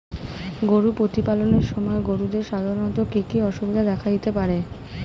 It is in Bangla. গরু প্রতিপালনের সময় গরুদের সাধারণত কি কি অসুবিধা দেখা দিতে পারে?